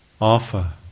offer